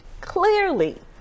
clearly